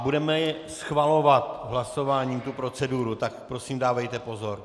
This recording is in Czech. Budeme schvalovat hlasováním proceduru, tak prosím dávejte pozor.